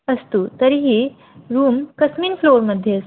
अस्तु तर्हि रूम् कस्मिन् फ़्लोर् मध्ये अस्ति